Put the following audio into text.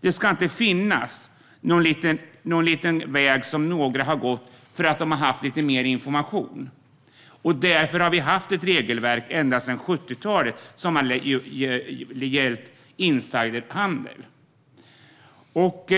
Det ska inte finnas någon väg som vissa har gått för att de haft lite mer information. Därför har vi ända sedan 70-talet haft ett regelverk som gäller insiderhandel, och